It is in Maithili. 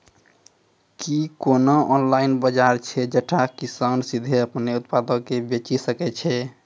कि कोनो ऑनलाइन बजार छै जैठां किसान सीधे अपनो उत्पादो के बेची सकै छै?